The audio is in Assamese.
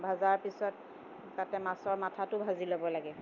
ভজাৰ পিছত তাতে মাছৰ মাথাটো ভাজি ল'ব লাগে